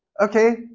okay